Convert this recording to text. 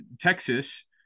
Texas